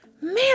man